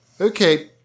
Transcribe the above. Okay